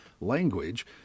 language